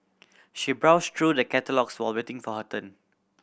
she browsed through the catalogues while waiting for her turn